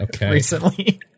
recently